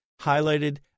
highlighted